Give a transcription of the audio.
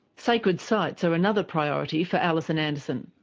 sacred sites are another priority for alison anderson.